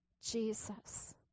Jesus